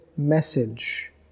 message